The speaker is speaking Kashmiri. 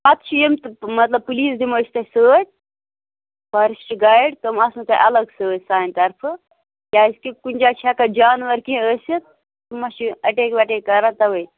پَتہٕ چھِ یِم مطلب پُلیٖس دِمو أسۍ تۄہہِ سۭتۍ فارٮسٹہٕ گایِڈ تِم آسنو تۄہہِ الگ سۭتۍ سانہِ طرفہٕ کیٛازِکہِ کُنہِ جایہِ چھِ ہٮ۪کان جانوَر کیٚنٛہہ ٲسِتھ تِم ما چھِ اَٹیک وَٹیک کَران تَوَے